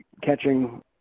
catching